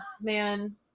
Man